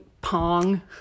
Pong